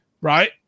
Right